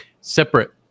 separate